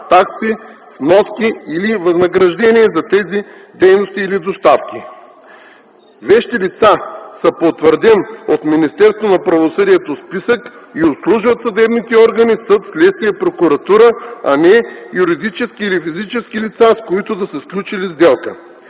такси, вноски или възнаграждения за тези дейности или доставки. Вещите лица са по утвърден от Министерството на правосъдието списък и обслужват съдебните органи, съд, следствие прокуратура, а не юридически или физически лица, с които да са сключили сделка.